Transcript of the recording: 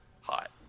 Hot